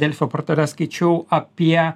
delfio portale skaičiau apie